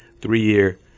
three-year